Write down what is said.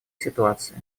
ситуации